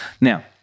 Now